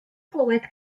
glywed